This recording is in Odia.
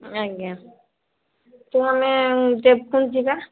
ଆଜ୍ଞା ତ ଆମେ ଦେବକୁଣ୍ଡ ଯିବା